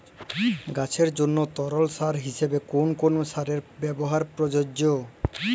গাছের জন্য তরল সার হিসেবে কোন কোন সারের ব্যাবহার প্রযোজ্য?